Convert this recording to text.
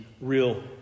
real